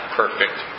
perfect